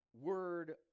word